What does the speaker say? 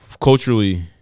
Culturally